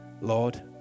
Lord